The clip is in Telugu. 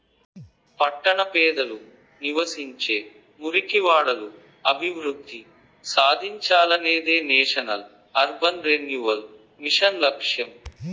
పట్టణ పేదలు నివసించే మురికివాడలు అభివృద్ధి సాధించాలనేదే నేషనల్ అర్బన్ రెన్యువల్ మిషన్ లక్ష్యం